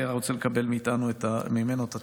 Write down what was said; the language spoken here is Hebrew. היה רוצה לקבל ממנו את הטיפול.